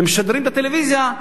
הם משדרים בטלוויזיה.